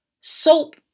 Soap